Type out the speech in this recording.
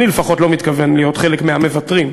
אני לפחות לא מתכוון להיות חלק מהמוותרים.